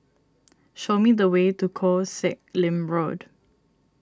show me the way to Koh Sek Lim Road